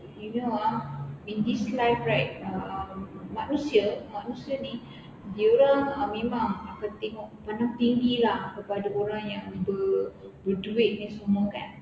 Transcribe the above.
you know ah in this life right manusia manusia ni dorang ah memang akan tengok pandang tinggi lah kepada dorang yang ber~ berduit ni semua kan